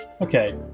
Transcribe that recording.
Okay